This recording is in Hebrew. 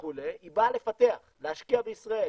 היא באה לפתח, להשקיע בישראל,